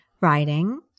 writing